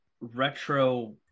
retro